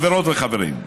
חברות וחברים,